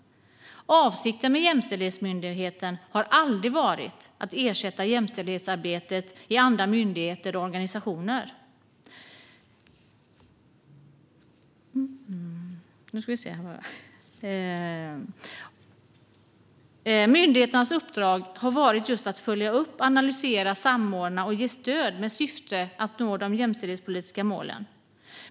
Avsikten med Jämställdhetsmyndigheten har aldrig varit att ersätta jämställdhetsarbetet i andra myndigheter och organisationer. Myndigheternas uppdrag har varit just att följa upp, analysera, samordna och ge stöd med syfte att nå de jämställdhetspolitiska målen.